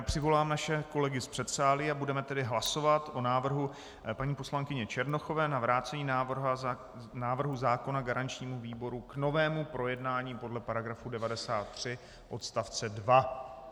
Přivolám naše kolegy z předsálí a budeme tedy hlasovat o návrhu paní poslankyně Černochové na vrácení návrhu zákona garančnímu výboru k novému projednání podle § 93 odst. 2.